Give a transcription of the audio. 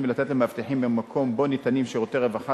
ולתת למאבטחים במקום שבו ניתנים שירותי רווחה